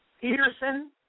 Peterson